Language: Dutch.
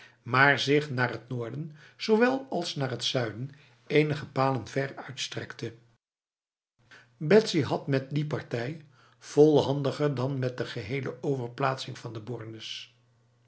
maar zich naar het noorden zowel als naar het zuiden enige palen ver uitstrekte betsy had het met die partij volhandiger dan met de gehele overplaatsing van de bornes